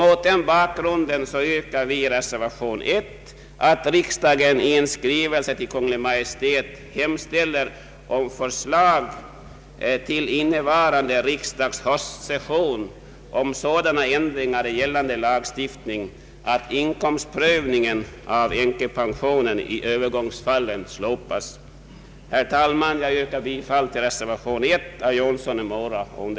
Mot den bakgrunden yrkar vi, att riksdagen i en skrivelse till Kungl. Maj:t hemställer om förslag till innevarande riksdags höstsession om sådana ändringar i gällande lagstiftning att inkomstprövning angående änkepensionen i övergångsfallen slopas. Herr talman! Jag ber att få yrka bifall till reservation nr I.